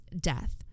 death